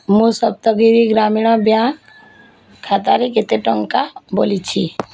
ମୋ ସପ୍ତଗିରି ଗ୍ରାମୀଣ ବ୍ୟାଙ୍କ୍ ଖାତାରେ କେତେ ଟଙ୍କା ବଳିଛି